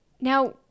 Now